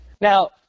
Now